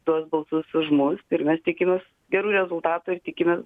tuos balsus už mus ir mes tikimės gerų rezultatų ir tikimės